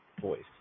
voice